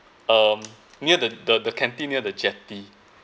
um near the the the canteen near the jetty